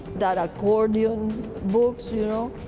that accordion books, you know,